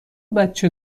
بچه